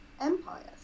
empires